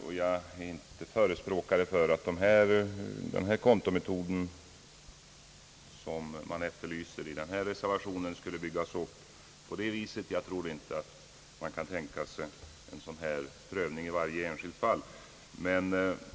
Jag är inte förespråkare för att den kontometod, som efterlyses i reservation C, skall byggas upp på det viset. Jag tror nämligen inte man kan tänka sig en prövning i varje enskilt fall.